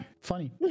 Funny